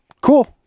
cool